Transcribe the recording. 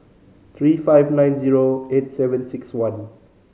three five nine zero eight seven six one